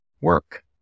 work